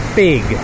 big